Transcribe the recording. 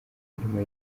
mirimo